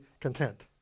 content